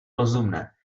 rozumné